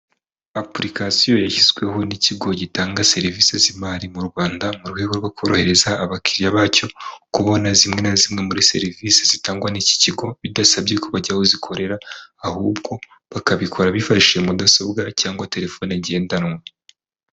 Apurikasiyo yashyizweho n'ikigo gitanga serivisi z'imari mu Rwanda, mu rwego rwo korohereza abakiriya bacyo kubona zimwe na zimwe muri serivisi zitangwa n'iki kigo, bidasabye ko bajya aho zikorera, ahubwo bakabikora bifashishije mudasobwa cyangwa terefone ngendanwa.